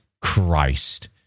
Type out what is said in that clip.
Christ